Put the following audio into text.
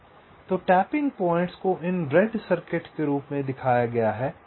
तो tapping point को इन रेड सर्किट के रूप में दिखाया गया है